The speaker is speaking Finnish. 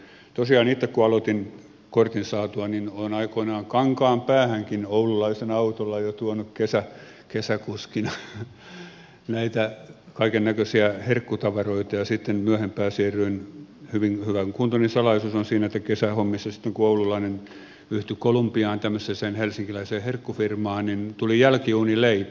tosiaan itse kun aloitin kortin saatuani olen aikoinani kankaanpäähänkin oululaisen autolla jo tuonut kesäkuskina kaikennäköisiä herkkutavaroita ja sitten myöhemmin siirryin hyvän kuntoni salaisuus on siinä että kesähommissa sitten kun oululainen yhtyi colombiaan tämmöiseen helsinkiläiseen herkkufirmaan niin tuli jälkiuunileipä